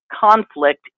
conflict